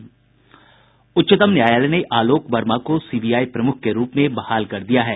उच्चतम न्यायालय ने आलोक वर्मा को सीबीआई प्रमुख के रुप में बहाल कर दिया है